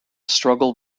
struggle